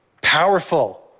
powerful